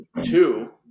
Two